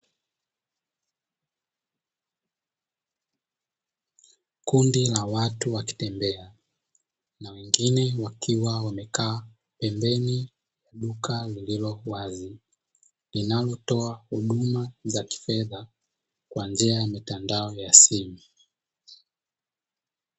Kundi la watu wakitembea, na wengine wakiwa wamekaa pembeni ya duka lililo wazi, linalotoa huduma za kifedha kwa njia ya mitandao ya simu.